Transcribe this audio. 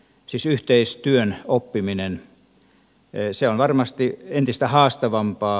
siis yhteistyön oppiminen on varmasti entistä haastavampaa